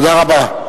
תודה רבה.